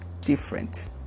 different